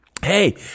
Hey